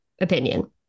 opinion